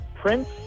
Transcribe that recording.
prince